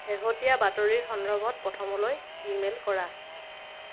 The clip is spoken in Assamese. শেহতীয়া বাতৰিৰ সন্দৰ্ভত প্ৰথমলৈ ইমেইল কৰা